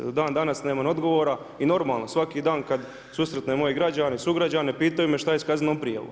Do dandanas nemam odgovora i normalno, svaki dan kad susretnem moje građane i sugrađane, pitaju me šta je sa kaznenom prijavom.